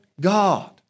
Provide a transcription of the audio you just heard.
God